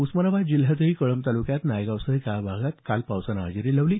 उस्मानाबाद जिल्ह्यातही कळंब तालुक्यात नायगावसह काही भागात काल पावसानं हजेरी लावली